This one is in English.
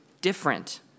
different